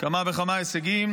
כמה וכמה הישגים,